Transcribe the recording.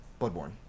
bloodborne